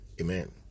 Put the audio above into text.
Amen